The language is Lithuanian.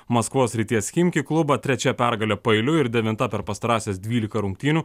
maskvos srities chimki klubą trečia pergale paeiliui ir devinta per pastarąsias dvylika rungtynių